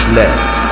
left